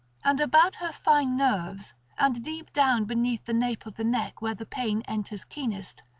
and about her fine nerves and deep down beneath the nape of the neck where the pain enters keenest,